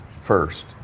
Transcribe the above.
first